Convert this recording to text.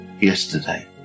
yesterday